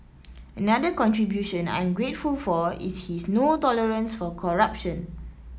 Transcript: another contribution I'm grateful for is his no tolerance for corruption